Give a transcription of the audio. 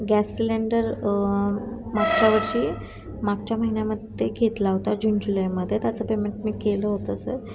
gas cylinder मागच्या वर्षी मागच्या महिन्यामध्ये घेतला होता जून जुलैमध्ये त्याचं पेमेंट मी केलं होतं सर